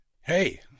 Hey